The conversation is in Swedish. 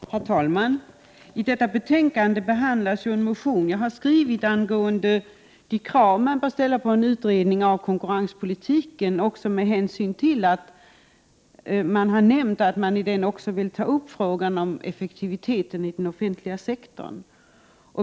Herr talman! I detta betänkande behandlas en motion som jag har skrivit angående de krav man bör ställa på en utredning av konkurrenspolitiken också med hänsyn till att det har nämnts att man i den utredningen vill ta upp frågan om effektiviteten i den offentliga sektorn.